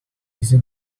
easy